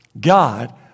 God